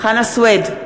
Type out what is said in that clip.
חנא סוייד,